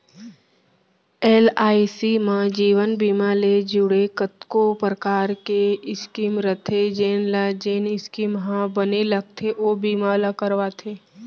LIC म जीवन बीमा ले जुड़े कतको परकार के स्कीम रथे जेन ल जेन स्कीम ह बने लागथे ओ बीमा ल करवाथे